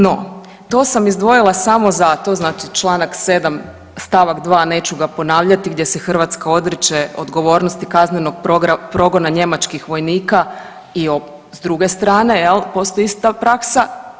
No, to sam izdvojila samo zato znači članak 7. stavak 2. neću ga ponavljati gdje se Hrvatska odriče odgovornosti kaznenog progona njemačkih vojnika i s druge strane postoji ista praksa.